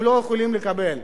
הם לא יכולים לקבל.